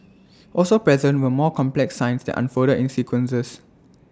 also present were more complex signs that unfolded in sequences